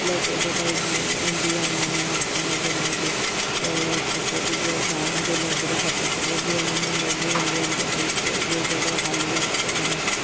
plus advertise में ईंदी आहे हुन में हर कम जे लाइ बि चओ पते बि जो ॿारनि खे नौकिरी खपे त उहा बि हुन में मिली वेंदी आहे हिन खे भई हिते जीअं जॻहि ख़ाली आहे हुते भराए